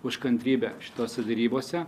už kantrybę šitose derybose